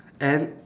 and